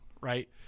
right